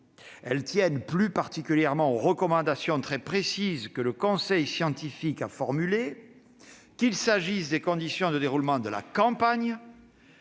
Elles tiennent plus particulièrement aux recommandations très précises que le conseil scientifique a formulées, qu'il s'agisse des conditions de déroulement de la campagne